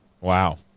wow